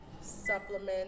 supplement